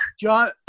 John